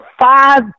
five